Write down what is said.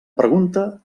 pregunta